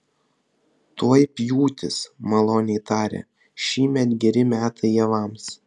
tuoj pjūtis maloniai tarė šįmet geri metai javams